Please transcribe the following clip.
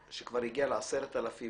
שנתחיל עם סעיפים 1 ו-2,